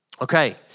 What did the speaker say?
Okay